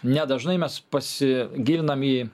nedažnai mes pasigilinam į